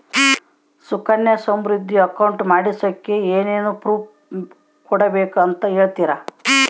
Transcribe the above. Sukanya Samriddhi account ಮಾಡಿಸೋಕೆ ಏನೇನು proof ಕೊಡಬೇಕು ಅಂತ ಹೇಳ್ತೇರಾ?